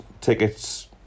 tickets